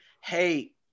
hey